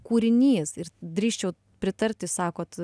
kūrinys ir drįsčiau pritarti sakot